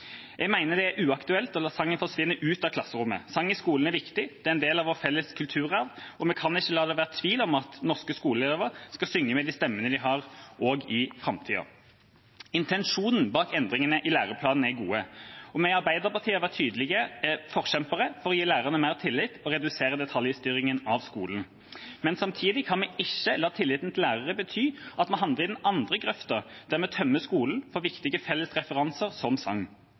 Jeg mener det er uaktuelt å la sangen forsvinne ut av klasserommet. Sang i skolen er viktig, det er en del av vår felles kulturarv, og vi kan ikke la det være tvil om at norske skoleelever skal synge med de stemmene de har, også i framtida. Intensjonen bak endringene i læreplanen er god, og vi i Arbeiderpartiet har vært tydelige forkjempere for å gi lærerne mer tillit og redusere detaljstyringen av skolen. Men samtidig kan vi ikke la tillit til lærere bety at vi havner i den andre grøfta, der vi tømmer skolen for viktige felles referanser som